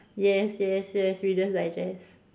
yes yes yes reader's digest